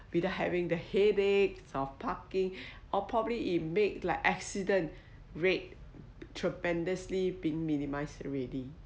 without having the headache of parking or probably it make like accident rate tremendously been minimises already